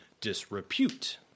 disrepute